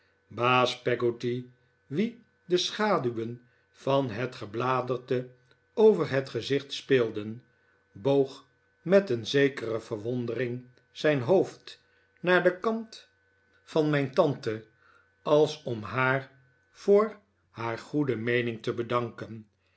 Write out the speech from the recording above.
baas peggotty wien de schaduwen van het gebladerte over het gezicht speelden boog met een zekere verwondering zijn hoofd naar den kant van mijn tante als om haar voor haar goede meening te bedanken